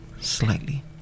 slightly